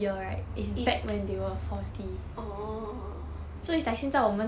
is orh